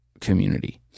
community